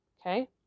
Okay